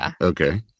okay